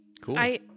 Cool